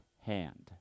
hand